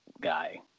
guy